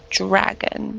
dragon